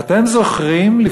אתם זוכרים,